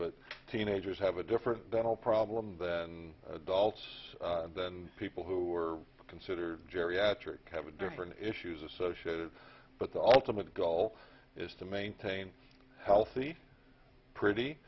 but teenagers have a different dental problem than adults than people who are considered geriatric have a different issues associated but the ultimate goal is to maintain healthy pretty